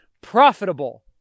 profitable